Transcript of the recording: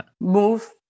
move